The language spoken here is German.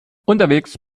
unterwegs